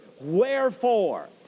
wherefore